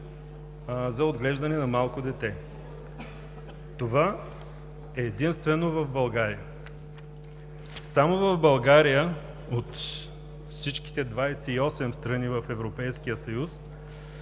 за отглеждане на малко дете. Това е единствено в България. Само в България от всичките 28 страни в Европейския съюз